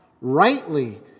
Rightly